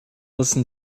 listen